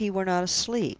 what if he were not asleep?